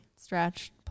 Stretch